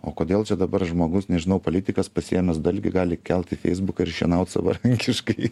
o kodėl čia dabar žmogus nežinau politikas pasiėmęs dalgį gali kelt į feisbuką ir šienaut savarankiškai